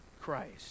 Christ